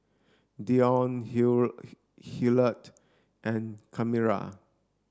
Deon Hillard and Kamari